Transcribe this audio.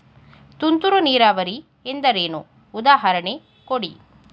ತುಂತುರು ನೀರಾವರಿ ಎಂದರೇನು, ಉದಾಹರಣೆ ಕೊಡಿ?